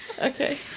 Okay